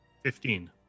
Fifteen